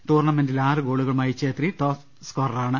ടൂർണമെന്റിൽ ആറ് ഗോളുകളുമായി ഛേത്രി ടോപ്പ് സ്കോററാണ്